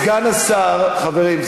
חברים,